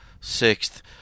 sixth